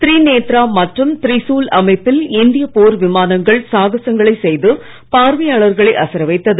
த்ரிநேத்ரா மற்றும் த்ரிசூல் அமைப்பில் இந்திய போர் விமானங்கள் சாகசங்களை செய்து பார்வையாளர்களை அசர வைத்தது